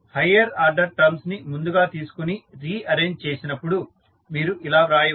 higher order terms ని ముందుగా తీసుకుని రీ అరేంజ్ చేసినప్పుడు మీరు ఇలా వ్రాయవచ్చు